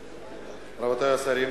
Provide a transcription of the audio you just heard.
תודה, רבותי השרים,